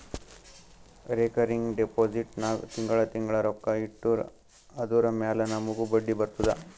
recurring deposit ನಾಗ್ ತಿಂಗಳಾ ತಿಂಗಳಾ ರೊಕ್ಕಾ ಇಟ್ಟರ್ ಅದುರ ಮ್ಯಾಲ ನಮೂಗ್ ಬಡ್ಡಿ ಬರ್ತುದ